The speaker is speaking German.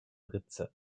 ritze